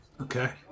okay